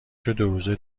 روزه